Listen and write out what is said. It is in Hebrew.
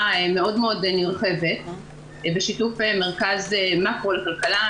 מאוד מאוד נרחבת בשיתוף מרכז מקרו לכלכלה,